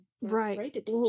right